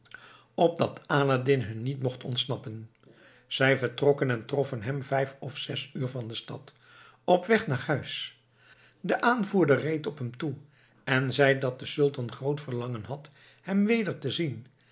opdat aladdin hun niet mocht ontsnappen zij vertrokken en troffen hem vijf of zes uur van de stad op weg naar huis de aanvoerder reed op hem toe en zei dat de sultan groot verlangen had hem weder te zien